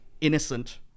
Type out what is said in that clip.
innocent